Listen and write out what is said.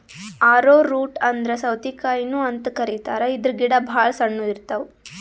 ಆರೊ root ಅಂದ್ರ ಸೌತಿಕಾಯಿನು ಅಂತ್ ಕರಿತಾರ್ ಇದ್ರ್ ಗಿಡ ಭಾಳ್ ಸಣ್ಣು ಇರ್ತವ್